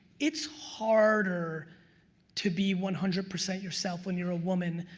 it's harder to be one hundred percent yourself when you're a woman,